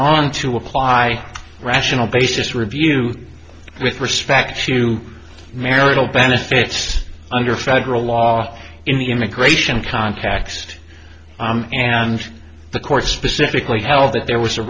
on to apply rational basis review with respect to marital benefits under federal law in the immigration context and the court specifically held that there was a